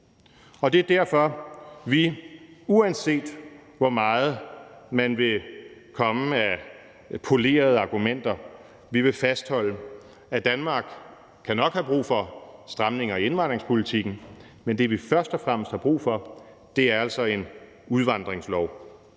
Og det er derfor, vi – uanset hvor meget man vil komme med af polerede argumenter – vil fastholde, at Danmark nok kan have brug for stramninger i indvandringspolitikken, men at det, vi først og fremmest har brug for, altså er en udvandringslov.